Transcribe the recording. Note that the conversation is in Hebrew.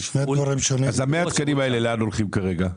אם כן, לאן הולכים 100 התקנים האלה?